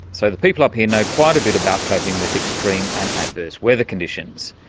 so the people up here know quite a bit about coping with extreme and adverse weather conditions.